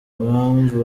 impamvu